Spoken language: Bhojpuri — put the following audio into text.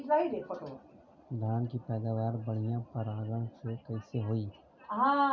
धान की पैदावार बढ़िया परागण से कईसे होई?